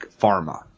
pharma